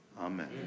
Amen